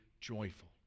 joyful